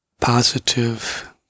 positive